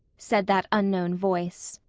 said that unknown voice.